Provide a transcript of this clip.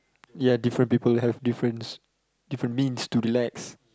ya different people have difference different means to relax